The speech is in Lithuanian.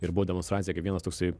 ir buvo demonstracija kaip vienas toksai